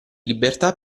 libertà